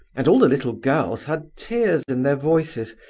and all the little girls had tears in their voices,